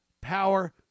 Power